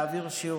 להעביר שיעור.